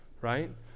right